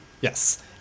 Yes